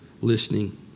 listening